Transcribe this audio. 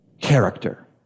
character